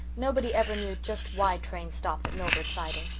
nobody ever knew just why trains stopped at millward siding.